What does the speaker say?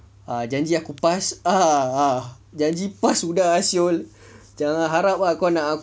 janji aku pass ah janji aku pass sudah [siol]